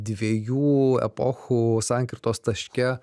dviejų epochų sankirtos taške